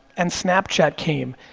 and snapchat came.